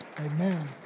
Amen